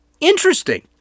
interesting